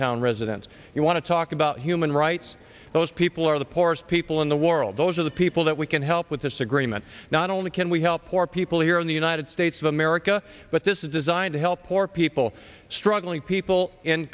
town residents you want to talk about human rights those people are the poorest people in the world those are the people that we can help with this agreement not only can we help poor people here in the united states of america but this is designed to help poor people struggling people in